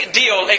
deal